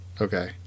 Okay